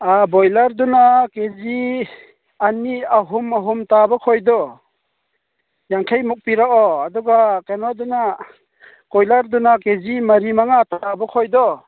ꯑꯥ ꯕꯣꯏꯂꯔꯗꯨꯅ K G ꯑꯅꯤ ꯑꯍꯨꯝ ꯑꯍꯨꯝ ꯇꯥꯕ ꯈꯣꯏꯗꯣ